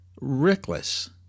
reckless